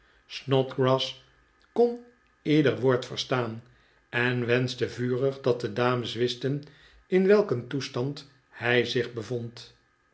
snodgrass kon ieder woord verstaan en wenschte vurig dat de dames wisten in welk een toestand hij zich bevond